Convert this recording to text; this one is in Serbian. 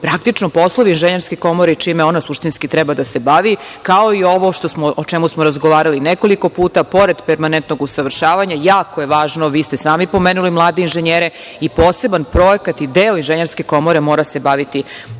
praktično poslovi inženjerske komore i čime ona suštinski treba da se bavi, kao i ovo o čemu smo razgovarali nekoliko puta pored permanentnog usavršavanja, jako je važno, vi ste sami pomenuli mlade inženjere i poseban projekat i deo inženjerske komore mora se baviti